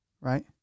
Right